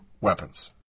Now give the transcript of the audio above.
weapons